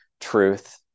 truth